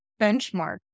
benchmark